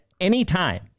anytime